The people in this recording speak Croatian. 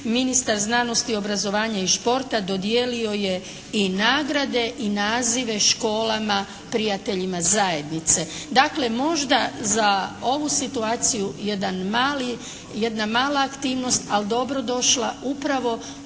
ministar znanosti, obrazovanja i športa dodijelio je i nagrade i nazive školama prijateljima zajednice. Dakle, možda za ovu situaciju jedan mali, jedna mala aktivnost ali dobro došla upravo